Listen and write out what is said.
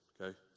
okay